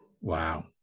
Wow